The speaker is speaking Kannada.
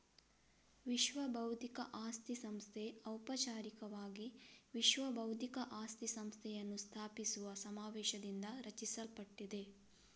ವಿಶ್ವಬೌದ್ಧಿಕ ಆಸ್ತಿ ಸಂಸ್ಥೆ ಔಪಚಾರಿಕವಾಗಿ ವಿಶ್ವ ಬೌದ್ಧಿಕ ಆಸ್ತಿ ಸಂಸ್ಥೆಯನ್ನು ಸ್ಥಾಪಿಸುವ ಸಮಾವೇಶದಿಂದ ರಚಿಸಲ್ಪಟ್ಟಿದೆ